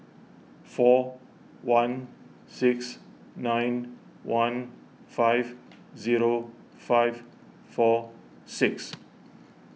four one six nine one five zero five four six